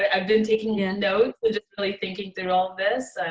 ah i've been taking yeah a note just really thinking through all this.